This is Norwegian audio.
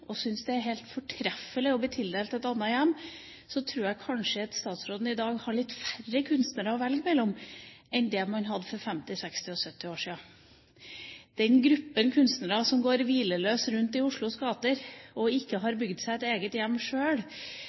og syns det er helt fortreffelig å få tildelt et, tror jeg kanskje at statsråden i dag har litt færre kunstnere å velge mellom enn man hadde for 50, 60 og 70 år siden. De kunstnerne som går hvileløst rundt i Oslos gater og ikke sjøl har bygd seg et eget hjem